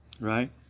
Right